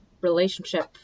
relationship